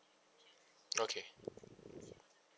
okay